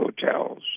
Hotels